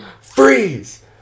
freeze